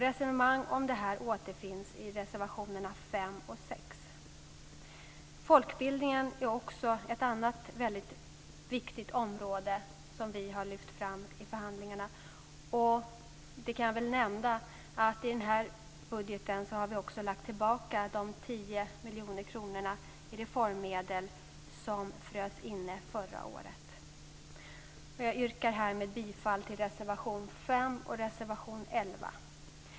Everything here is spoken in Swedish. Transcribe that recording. Resonemang om detta återfinns i reservationerna Folkbildningen är ett annat väldigt viktigt område som vi har lyft fram i förhandlingarna. Jag kan nämna att vi i budgeten har lagt tillbaka de 10 miljoner kronor i reformmedel som frös inne förra året. Jag yrkar härmed bifall till reservationerna 5 och 11.